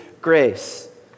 grace